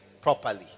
properly